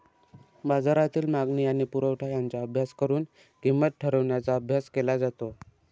बाजारातील मागणी आणि पुरवठा यांचा अभ्यास करून किंमत ठरवण्याचा अभ्यास केला जातो